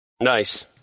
Nice